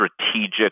Strategic